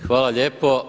Hvala lijepo.